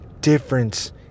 difference